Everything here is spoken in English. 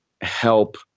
help